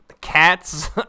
Cats